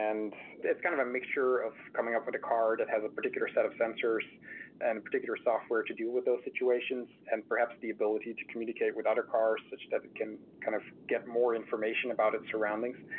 and it's kind of a mixture of coming up with a car that has a particular set of sensors and a particular software to deal with those situations and perhaps the ability to communicate without a car such that it can kind of get more information about its surroundings.